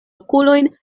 okulojn